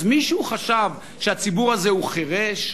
אז מישהו חשב שהציבור הזה הוא חירש?